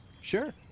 Sure